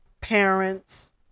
parents